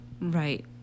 Right